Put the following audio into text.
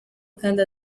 kandi